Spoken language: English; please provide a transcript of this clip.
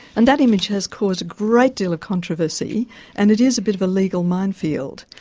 and that image has caused a great deal of controversy and it is a bit of a legal minefield,